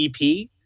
EP